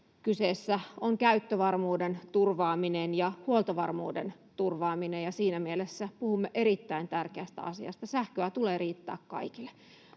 Kyseessä on käyttövarmuuden turvaaminen ja huoltovarmuuden turvaaminen, ja siinä mielessä puhumme erittäin tärkeästä asiasta. Sähköä tulee riittää kaikille.